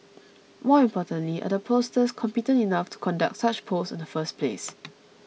more importantly are the pollsters competent enough to conduct such polls in the first place